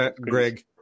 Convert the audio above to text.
Greg